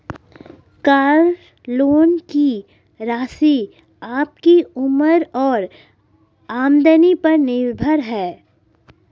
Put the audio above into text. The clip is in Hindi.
कार लोन की राशि आपकी उम्र और आमदनी पर निर्भर है